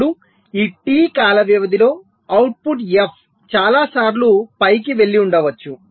ఇప్పుడు ఈ T కాల వ్యవధిలో అవుట్పుట్ f చాలా సార్లు పైకి వెళ్లి ఉండవచ్చు